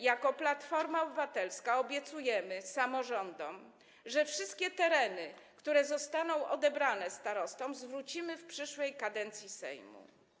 Jako Platforma Obywatelska obiecujemy samorządom, że wszystkie tereny, które zostaną odebrane starostom, zwrócimy w przyszłej kadencji Sejmu.